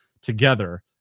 together